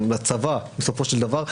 לצבא בסופו של דבר,